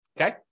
Okay